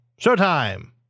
Showtime